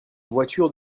voiture